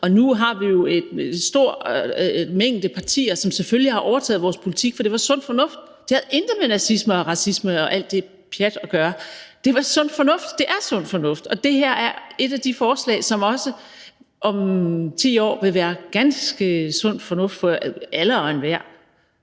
Og nu er der en stor mængde partier, som selvfølgelig har overtaget vores politik, fordi det var sund fornuft. Det havde intet med nazisme og racisme og alt det pjat at gøre. Det var sund fornuft – det er sund fornuft. Og det her er et af de forslag, som også om 10 år vil være sund fornuft for alle og enhver.